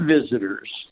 visitors